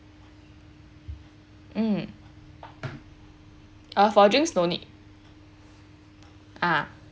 mm ah for drinks no need ah